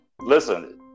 listen